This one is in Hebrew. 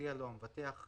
יודיע לו המבטח בכתב,